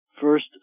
first